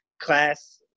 class